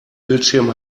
bildschirm